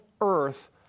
earth